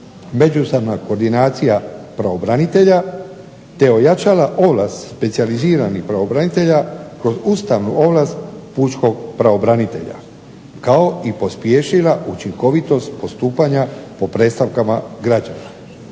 međusobna koordinacija pravobranitelja, te ojačala ovlast specijaliziranih pravobranitelja kroz ustavnu ovlast pučkog pravobranitelja kao i pospješila učinkovitost postupanja po predstavkama građana.